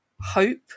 hope